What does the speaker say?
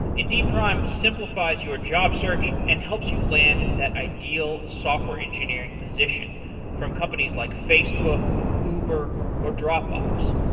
indeed prime, simplifies your job search and helps you land that ideal software engineering position from companies like facebook or uber or dropbox.